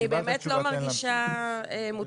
אני באמת לא מרגישה מותקפת.